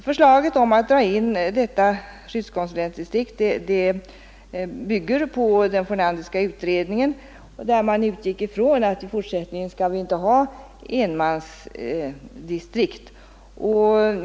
Förslaget om att dra in detta skyddskonsulentdistrikt bygger på den Fornanderska utredningen, där man utgick ifrån att vi i fortsättningen inte skall ha enmansdistrikt.